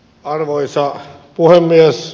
arvoisa puhemies